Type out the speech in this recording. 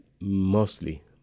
mostly